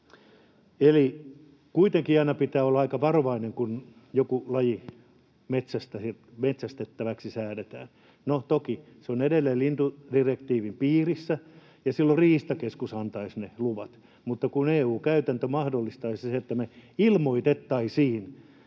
Eli kuitenkin aina pitää olla aika varovainen, kun joku laji metsästettäväksi säädetään. No, toki se on edelleen lintudirektiivin piirissä, ja silloin Riistakeskus antaisi ne luvat, mutta kun EU-käytäntö mahdollistaisi sen, että me ilmoitettaisiin,